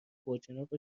باجناق